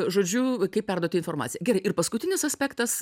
žodžiu v kaip perduoti informaciją gerai ir paskutinis aspektas